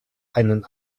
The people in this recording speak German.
einen